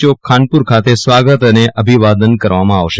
ચોક ખાનપુર ખાતે સ્વાગત અને અભિવાદન કરવામાં આવશે